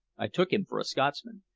i took him for a scotsman.